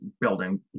building